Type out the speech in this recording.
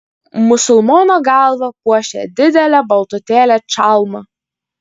musulmono galvą puošė didelė baltutėlė čalma